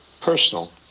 personal